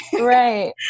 right